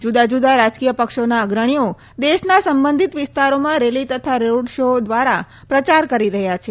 જુદાં જુદાં રાજકીય પક્ષોના અગ્રણીઓ દેશના સંબંધીત વિસ્તારોમાં રેલી તથા રોડ શો દ્વારા પ્રચાર કરી રહ્યા છે